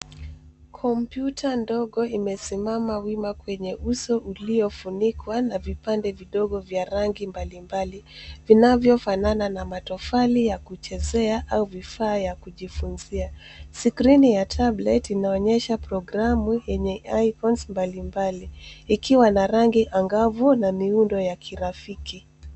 Kompyuta ndogo imesimama wima kwenye uso uliofunikwa na vipande vidogo vya rangi mbali mbali vinavyofanana na matofali ya kuchezea au vifaa vya kujifunzia skrini ya tablet l inaonyesha programu yenye iPhoned mbali mbali ikiwa na rangi angavu na miundo ya kirafiki.